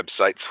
websites